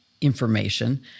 information